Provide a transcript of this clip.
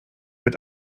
mit